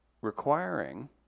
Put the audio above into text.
requiring